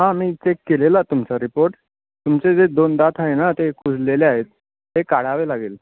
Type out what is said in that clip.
हां मी चेक केलेला तुमचा रिपोर्ट तुमचे जे दोन दात आहे ना ते कुजलेले आहेत ते काढावे लागेल